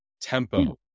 Tempo